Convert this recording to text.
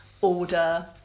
order